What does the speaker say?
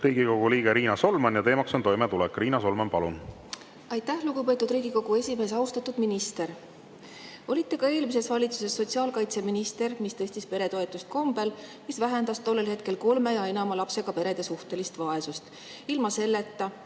Riigikogu liige Riina Solman ja teema on toimetulek. Riina Solman, palun! Aitäh, lugupeetud Riigikogu esimees! Austatud minister! Olite sotsiaalkaitseminister ka eelmises valitsuses, mis tõstis peretoetust kombel, mis vähendas tollel hetkel kolme ja enama lapsega perede suhtelist vaesust.